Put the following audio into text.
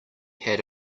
had